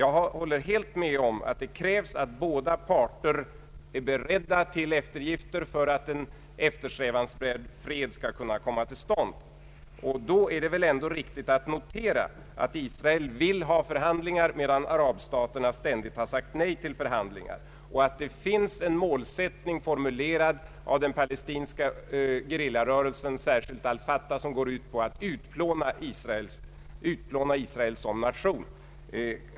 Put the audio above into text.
Jag håller helt med om att det krävs att båda parter i konflikten är beredda till eftergifter för att en eftersträvansvärd fred skall kunna komma till stånd. Då är det väl ändå riktigt att notera att Israel vill ha förhandlingar, medan «<< arabstaterna ständigt har sagt nej till sådana, och att det finns en målsättning, formulerad av den palestinska gerillarörelsen, vilken går ut på att utplåna israelerna som nation.